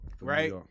right